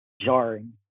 jarring